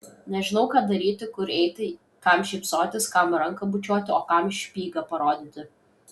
nežinau ką daryti kur eiti kam šypsotis kam ranką bučiuoti o kam špygą parodyti